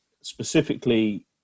specifically